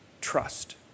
trust